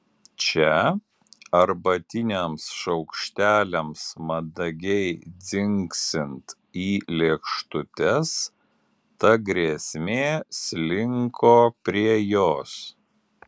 čia arbatiniams šaukšteliams mandagiai dzingsint į lėkštutes ta grėsmė slinko prie jos